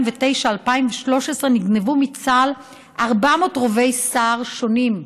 2013 נגנבו מצה"ל 400 רובי סער שונים,